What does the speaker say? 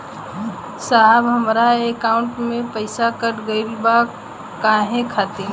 साहब हमरे एकाउंट से पैसाकट गईल बा काहे खातिर?